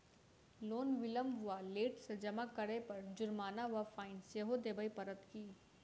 Loan विलंब वा late सँ जमा करै पर जुर्माना वा फाइन सेहो देबै पड़त की?